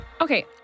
Okay